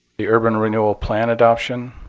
the urban renewal plan adoption.